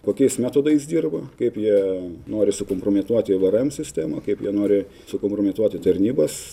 kokiais metodais dirba kaip jie nori sukompromituoti vrm sistemą kaip jie nori sukompromituoti tarnybas